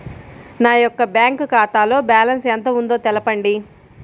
నా యొక్క బ్యాంక్ ఖాతాలో బ్యాలెన్స్ ఎంత ఉందో తెలపండి?